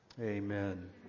Amen